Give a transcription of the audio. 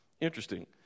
Interesting